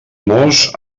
mos